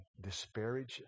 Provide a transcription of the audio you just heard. disparage